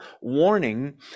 warning